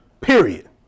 Period